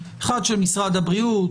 אחד של משרד הבריאות,